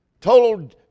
Total